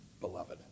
beloved